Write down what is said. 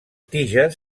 tiges